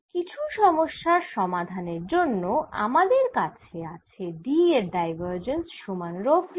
কিছু সমস্যার সমাধানের জন্য আমাদের আছে D এর ডাইভারজেন্স সমান রো ফ্রী